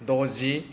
द'जि